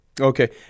Okay